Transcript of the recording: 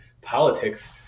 politics